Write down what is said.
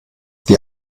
die